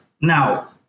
now